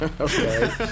Okay